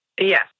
Yes